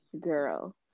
girl